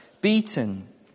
beaten